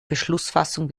beschlussfassung